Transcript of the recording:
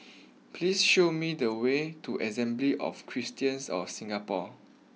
please show me the way to Assembly of Christians of Singapore